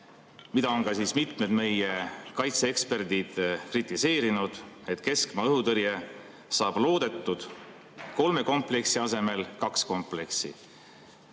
seda on ka mitmed meie kaitseeksperdid kritiseerinud, et keskmaa õhutõrje saab loodetud kolme kompleksi asemel kaks kompleksi.